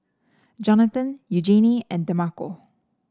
Jonathan Eugenie and Demarco